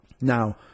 Now